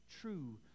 true